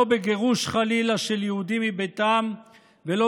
לא בגירוש חלילה של יהודים מביתם ולא